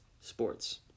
sports